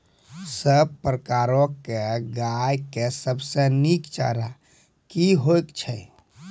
सब प्रकारक गाय के सबसे नीक चारा की हेतु छै?